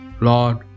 Lord